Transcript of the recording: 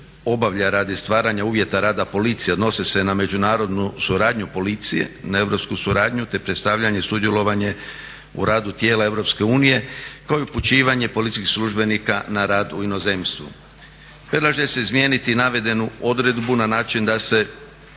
obavlja radi stvaranja uvjeta rada policije, odnose se na međunarodnu suradnju policije, na europsku suradnju, te predstavljanje i sudjelovanje u radu tijela Europske unije kao i upućivanje policijskih službenika na rad u inozemstvu. Predlaže se izmijeniti navedenu odredbu na način da se